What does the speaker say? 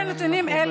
חייבת לסיים.